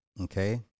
Okay